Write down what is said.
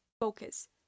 focus